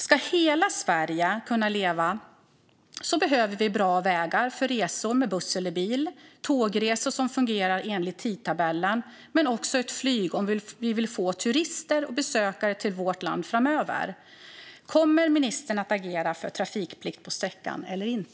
Ska hela Sverige kunna leva behöver vi bra vägar för resor med buss eller bil och tågresor som fungerar enligt tidtabellen, men också ett flyg om vi vill få turister och besökare till vårt land framöver. Kommer ministern att agera för trafikplikt på sträckan eller inte?